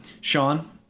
sean